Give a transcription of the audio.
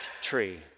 tree